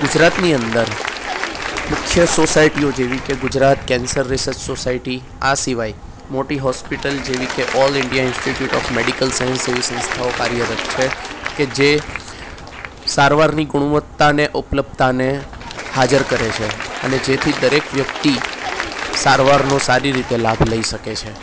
ગુજરાતની અંદર મુખ્ય સોસાયટીઓ જેવી કે ગુજરાત કેન્સર રિસર્ચ સોસાયટી આ સિવાય મોટી હોસ્પિટલ જેવી કે all India institute of medical science જેવી સંસ્થાઓ કાર્યરત છે કે જે સારવારની ગુણવત્તા ને ઉપલબ્ધતાને હાજર કરે છે અને જેથી દરેક વ્યક્તિ સારવારનો સારી રીતિ લાભ લઈ શકે છે